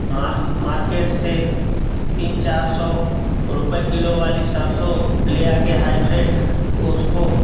market से तीन चार सौ रुपये किलो वाली सरसों ले आके हाईब्रेड उसको